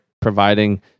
providing